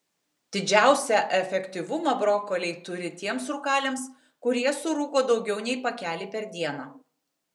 didžiausią efektyvumą brokoliai turi tiems rūkaliams kurie surūko daugiau nei pakelį per dieną